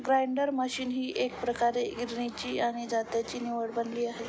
grinder machine ही एकप्रकारे गिरण्यांची आणि जात्याची निवड बनली आहे